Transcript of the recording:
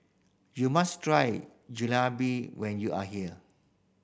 you must try when you are here